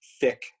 thick